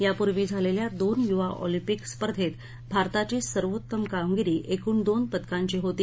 यापूर्वी झालेल्या दोन युवा ऑलिम्पिक स्पर्धेत भारताची सर्वेत्तम कामगिरी एकूण दोन पदकांची होती